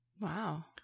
Wow